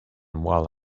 while